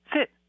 sit